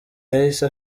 yahise